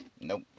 Nope